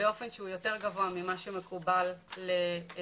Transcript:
באופן שהוא יותר גבוה ממה שמקובל לתכשיר.